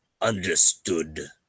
Understood